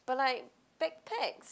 but like backpacks